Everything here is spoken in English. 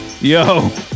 Yo